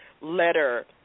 letter